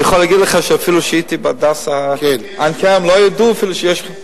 אני יכול להגיד לך שאפילו כשהייתי ב"הדסה" לא ידעו אפילו שיש,